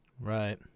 Right